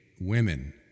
women